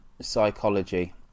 psychology